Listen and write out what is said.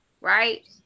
right